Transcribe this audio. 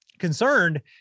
concerned